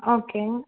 okay